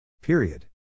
Period